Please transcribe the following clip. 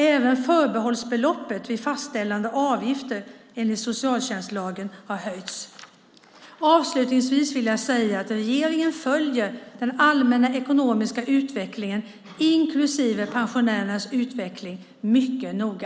Även förbehållsbeloppet vid fastställandet av avgifter enligt socialtjänstlagen har höjts. Avslutningsvis vill jag säga att regeringen följer den allmänna ekonomiska utvecklingen, inklusive pensionärernas utveckling, mycket noga.